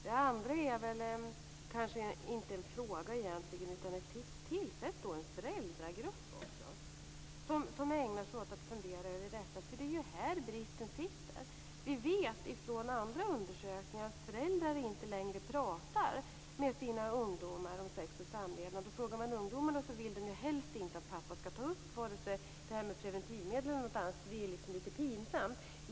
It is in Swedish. Sedan har jag ett tips: Tillsätt en föräldragrupp som ägnar sig åt att fundera över detta. Här finns bristen. Vi vet från andra undersökningar att föräldrar inte längre pratar med sina ungdomar om sex och samlevnad. Frågar man ungdomarna vill de helst inte att pappa skall ta upp vare sig preventivmedel eller annat. Det är lite pinsamt.